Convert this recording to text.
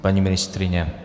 Paní ministryně?